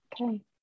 Okay